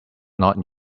not